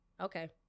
Okay